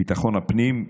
ביטחון הפנים,